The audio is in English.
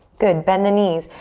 good, bend the knees.